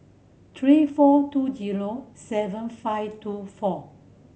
three four two zero seven five two four